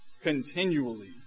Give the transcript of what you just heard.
continually